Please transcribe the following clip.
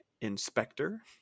Inspector